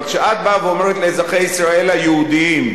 אבל כשאת באה ואומרת לאזרחי ישראל היהודים,